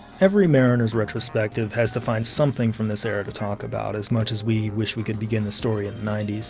every mariners retrospective has to find something from this era to talk about, as much as we wish we could begin the story in the ninety s.